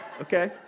Okay